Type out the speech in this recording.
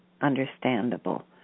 understandable